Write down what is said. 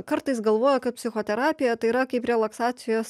kartais galvoja kad psichoterapija tai yra kaip relaksacijos